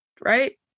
Right